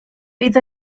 bydd